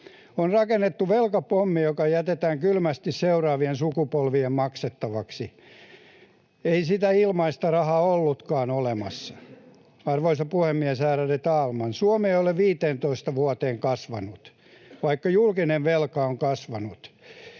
On rakennettu velkapommi, joka jätetään kylmästi seuraavien sukupolvien maksettavaksi. Ei sitä ilmaista rahaa ollutkaan olemassa. Arvoisa puhemies, ärade talman! Suomi ei ole 15 vuoteen kasvanut, vaikka julkinen velka on kasvanut.